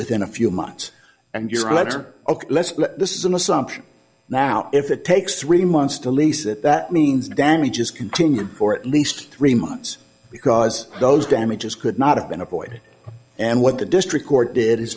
within a few months and your letter this is an assumption now if it takes three months to lease it that means damages continue for at least three months because those damages could not have been avoided and what the district court did